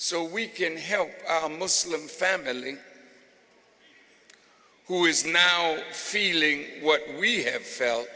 so we can help a muslim family who is now feeling what we have felt